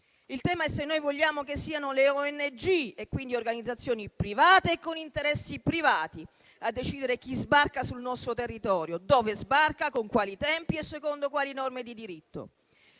Il tema è se noi vogliamo che siano le ONG, quindi organizzazioni private con interessi privati, a decidere chi sbarca sul nostro territorio, dove sbarca, con quali tempi e secondo quali norme di diritto.